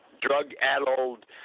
drug-addled